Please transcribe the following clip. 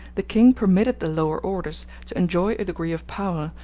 the king permitted the lower orders to enjoy a degree of power,